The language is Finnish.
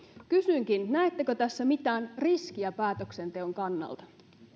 kysykin näettekö tässä mitään riskiä päätöksenteon kannalta